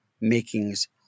makings